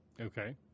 Okay